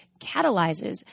catalyzes